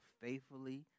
faithfully